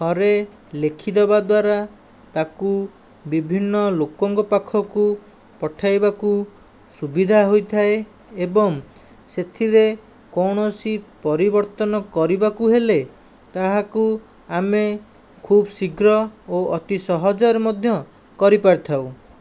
ଥରେ ଲେଖିଦେବା ଦ୍ୱାରା ତାକୁ ବିଭିନ୍ନ ଲୋକଙ୍କ ପାଖକୁ ପଠାଇବାକୁ ସୁବିଧା ହୋଇଥାଏ ଏବଂ ସେଥିରେ କୌଣସି ପରିବର୍ତ୍ତନ କରିବାକୁ ହେଲେ ତାହାକୁ ଆମେ ଖୁବ୍ ଶୀଘ୍ର ଓ ଅତି ସହଜରେ ମଧ୍ୟ କରିପାରିଥାଉ